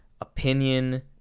opinion